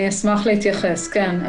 אני אשמח להתייחס, כן.